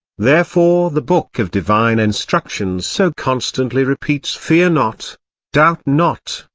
therefore the book of divine instructions so constantly repeats fear not doubt not,